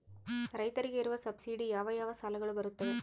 ರೈತರಿಗೆ ಇರುವ ಸಬ್ಸಿಡಿ ಯಾವ ಯಾವ ಸಾಲಗಳು ಬರುತ್ತವೆ?